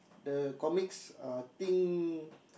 the comics uh thing